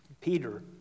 Peter